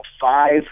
five